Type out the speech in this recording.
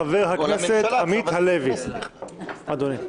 חבר הכנסת עמית הלוי, אדוני.